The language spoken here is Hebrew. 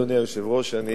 אדוני היושב-ראש, תודה.